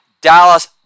Dallas